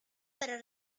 para